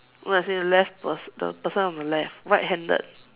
no as in left the person the person on the left right handed